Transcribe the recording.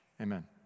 Amen